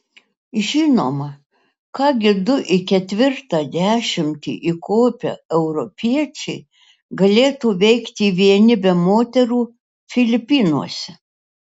žinoma ką gi du į ketvirtą dešimtį įkopę europiečiai galėtų veikti vieni be moterų filipinuose